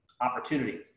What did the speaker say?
opportunity